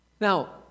Now